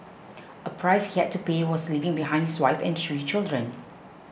a price he had to pay was leaving behind his wife and three children